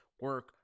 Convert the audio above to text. Work